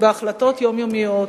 בהחלטות יומיומיות,